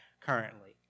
currently